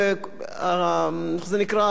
קופת-חולים לאומית, איך זה?